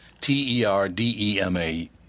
T-E-R-D-E-M-A